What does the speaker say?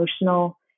emotional